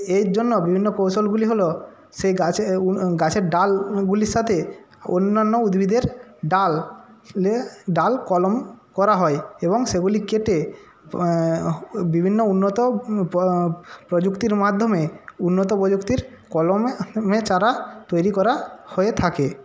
এর জন্য বিভিন্ন কৌশলগুলি হলো সেই গাছের ডালগুলির সাথে অন্যান্য উদ্ভিদের ডাল লে ডাল কলম করা হয় এবং সেগুলি কেটে বিবিন্ন উন্নত প্রযুক্তির মাধ্যমে উন্নত প্রযুক্তির কলম চারা তৈরি করা হয়ে থাকে